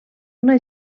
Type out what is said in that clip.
una